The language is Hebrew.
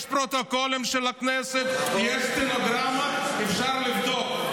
יש פרוטוקולים של הכנסת, יש סטנוגרמה, אפשר לבדוק.